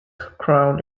crown